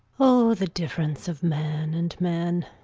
o, the difference of man and man!